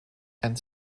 and